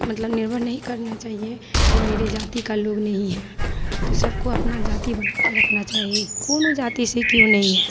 मतलब निर्भर नहीं करना चाहिए कि मेरी जाति के लोग नहीं हैं तो सबको अपनी जाति बनाकर रखना चाहिए किसी भी जाति से क्यों नहीं है